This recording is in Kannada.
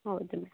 ಹೌದು ಮೇಡಂ